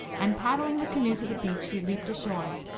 and, pad dling the canoe to the beach, he leaped ashore.